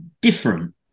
different